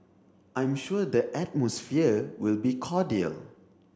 I'm sure the atmosphere will be cordial